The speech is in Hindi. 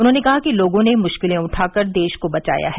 उन्होंने कहा कि लोगों ने मुश्किलें उठाकर देश को बचाया है